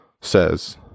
says